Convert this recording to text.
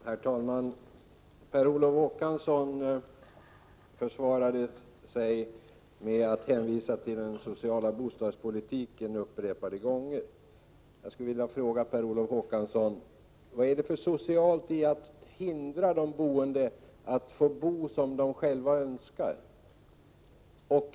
Herr talman! Per Olof Håkansson försvarade sig med att upprepade gånger hänvisa till den sociala bostadspolitiken. Jag vill fråga Per Olof Håkansson: Vad är det för socialt i att hindra de boende från att få bo som de själva önskar?